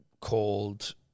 called